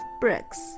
bricks